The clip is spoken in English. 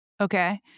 Okay